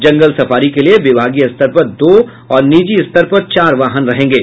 जंगल safari के लिये विभागीय स्तर पर दो और निजी स्तर पर चार वाहन रहेंगे